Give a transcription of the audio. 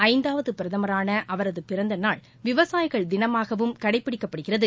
ஐந்தாவது பிரதமரான அவரது பிறந்த நாள் விவசாயிகள் தினமாகவும் நாட்டின் கடைபிடிக்கப்படுகிறது